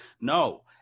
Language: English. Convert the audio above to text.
no